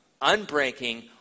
unbreaking